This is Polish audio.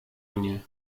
mnie